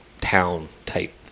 town-type